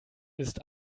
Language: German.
ist